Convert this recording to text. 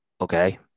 okay